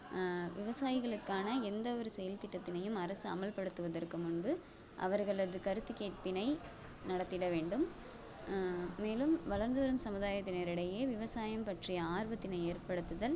விவசாயிகளுக்கான எந்த ஒரு செயல் திட்டத்தினையும் அரசு அமல்படுத்துவதற்கு முன்பு அவர்களது கருத்துக்கேட்பினை நடத்திட வேண்டும் மேலும் வளர்ந்து வரும் சமுதாயத்தினர் இடையே விவசாயம் பற்றிய ஆர்வத்தினை ஏற்படுத்துதல்